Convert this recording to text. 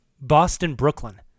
Boston-Brooklyn